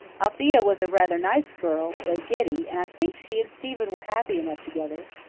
althea was a rather nice girl, though giddy, and i think she and stephen were happy enough together.